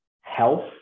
health